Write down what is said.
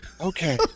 Okay